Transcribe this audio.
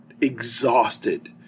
exhausted